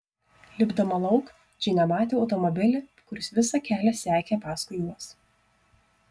lipdama lauk džinė matė automobilį kuris visą kelią sekė paskui juos